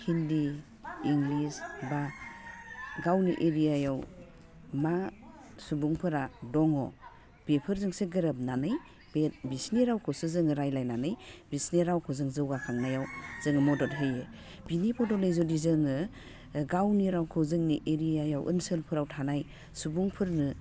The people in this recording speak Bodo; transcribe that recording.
हिन्दी इंलिस बा गावनि एरियायाव मा सुबुंफोरा दङ बेफोरजोंसो गोरोबनानै बे बिसिनि रावखौसो जोङो रायजायनानै बिसिनि रावखौ जों जौगाखांनायाव जों मदद होयो बिनि बदलै जुदि जोङो गावनि रावखौ जोंनि एरियायाव ओनसोलफ्राव थानाय सुबुंफोरनो